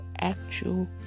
actual